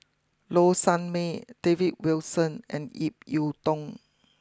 Low Sanmay David Wilson and Ip Yiu Tung